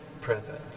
present